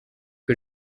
que